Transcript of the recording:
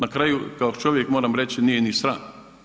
Na kraju kao čovjek moram reći nije ih ni sram.